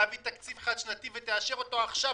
אבל רק עכשיו אמרת להביא תקציב חד-שנתי ותאשר אותו עכשיו.